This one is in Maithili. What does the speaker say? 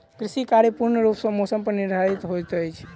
कृषि कार्य पूर्ण रूप सँ मौसम पर निर्धारित होइत अछि